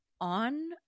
on